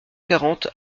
quarante